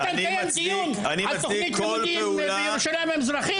ואתה מקיים דיון על תוכנית לימודים בירושלים המזרחית?